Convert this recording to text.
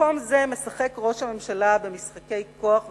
במקום זה משחק ראש הממשלה במשחקי כוח וכבוד,